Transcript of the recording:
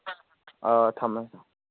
ꯑ ꯊꯝꯃꯦ ꯊꯝꯃꯦ